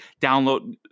Download